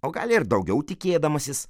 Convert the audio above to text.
o gal ir daugiau tikėdamasis